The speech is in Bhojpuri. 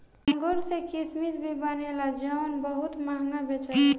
अंगूर से किसमिश भी बनेला जवन बहुत महंगा बेचल जाला